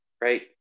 right